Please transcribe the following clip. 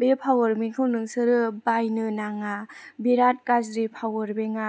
बे पावार बेंकखौ नोंसोरो बायनो नाङा बिराद गाज्रि पावार बेंकआ